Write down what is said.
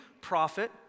prophet